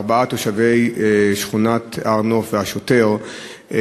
ארבעת תושבי שכונת הר-נוף והשוטר,